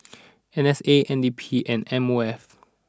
N A S N D P and M O F